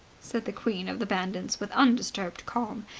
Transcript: said the queen of the bandits with undisturbed calm.